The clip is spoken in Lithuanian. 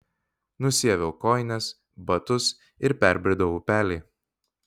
nusiaviau kojines batus ir perbridau upelį